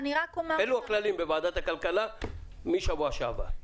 אלו הם הכללים בוועדת הכלכלה מהשבוע שעבר.